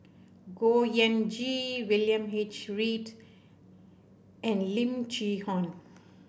Khor Ean Ghee William H Read and Lim Chee Onn